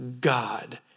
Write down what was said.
God